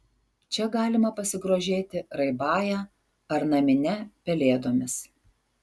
čia galima pasigrožėti raibąja ar namine pelėdomis